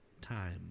time